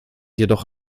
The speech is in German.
jedoch